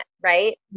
right